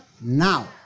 now